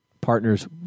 partners